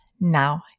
Now